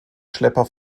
schlepper